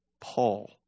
Paul